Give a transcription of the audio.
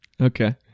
Okay